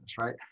right